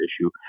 issue